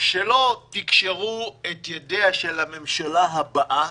שלא תקשרו את ידיה של הממשלה הבאה,